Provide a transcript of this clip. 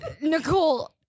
Nicole